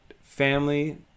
family